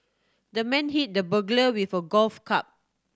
the man hit the burglar with a golf club